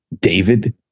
David